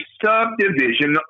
subdivision